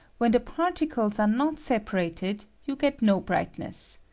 when tie particles are not separated you get no brightness.